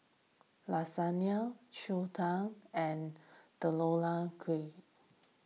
Lasagne Zosui and Deodeok Gui